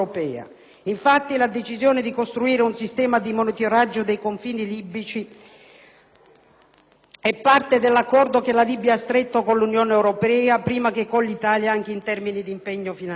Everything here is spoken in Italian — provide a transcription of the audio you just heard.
Infatti, la decisione di costruire un sistema di monitoraggio dei confini libici è parte dell'accordo che la Libia ha stretto con l'Unione europea, prima che con l'Italia, anche in termini di impegno finanziario.